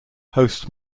host